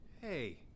Hey